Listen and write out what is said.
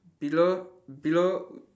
below below